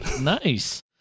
Nice